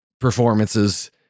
performances